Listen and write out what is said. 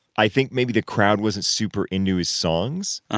i think maybe the crowd wasn't super into his songs. ah